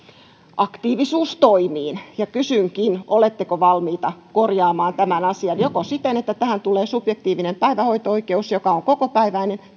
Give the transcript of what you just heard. aktiivisuustoimiin kysynkin oletteko valmiita korjaamaan tämän asian joko siten että tähän tulee subjektiivinen päivähoito oikeus joka on kokopäiväinen